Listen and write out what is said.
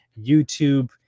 YouTube